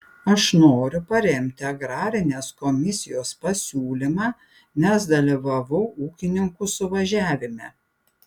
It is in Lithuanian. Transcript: aš noriu paremti agrarinės komisijos pasiūlymą nes dalyvavau ūkininkų suvažiavime